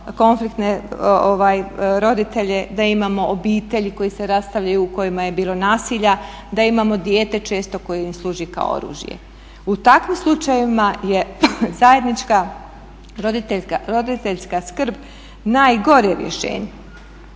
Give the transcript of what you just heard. konfliktne roditelje, da imamo obitelji koje se rastavljaju i u kojima je bilo nasilja, da imamo dijete često koje im služio kao oružje. U takvim slučajevima je zajednička roditeljska skrb najgore rješenje.